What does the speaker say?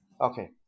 Okay